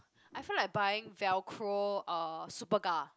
I feel like buying velcro uh Superga